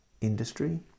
industry